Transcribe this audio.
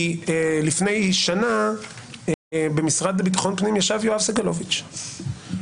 לפני שנה במשרד לביטחון פנים ישב יואב סגלוביץ'.